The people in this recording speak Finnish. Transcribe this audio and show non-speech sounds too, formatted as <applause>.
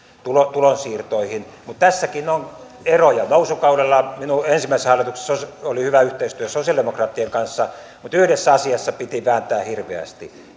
tulonsiirtoihin mutta tässäkin on eroja nousukaudella minun ensimmäisessä hallituksessani oli hyvä yhteistyö sosialidemokraattien kanssa mutta yhdessä asiassa piti vääntää hirveästi <unintelligible>